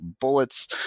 bullets